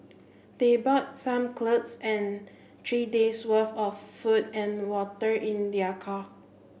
they bought some clothes and three days worth of food and water in their car